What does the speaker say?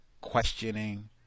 questioning